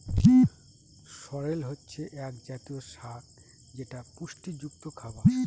সরেল হচ্ছে এক জাতীয় শাক যেটা পুষ্টিযুক্ত খাবার